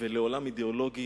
ולעולם אידיאולוגי